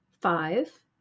Five